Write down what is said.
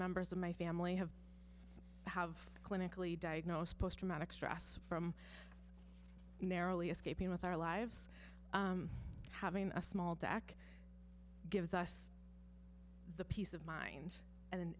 members of my family have have clinically diagnosed post traumatic stress from narrowly escaping with our lives having a small back gives us the peace of mind and then